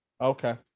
Okay